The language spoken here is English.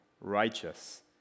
righteous